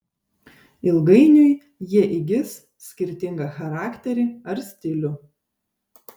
ilgainiui jie įgis skirtingą charakterį ar stilių